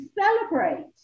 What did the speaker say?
celebrate